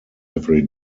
every